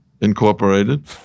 Incorporated